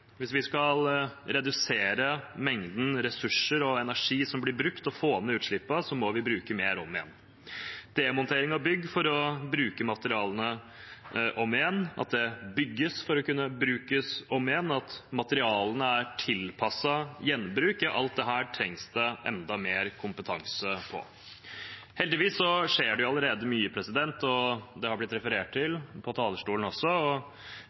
Hvis vi skal redusere mengden ressurser og energi som blir brukt, og få ned utslippene, må vi bruke mer om igjen. Demontering av bygg for å bruke materialene om igjen, at det bygges for å kunne brukes om igjen, at materialene er tilpasset gjenbruk – alt dette trengs det enda mer kompetanse på. Heldigvis skjer det allerede mye, og det har blitt referert til fra talerstolen også.